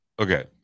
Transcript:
Okay